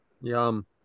Yum